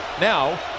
Now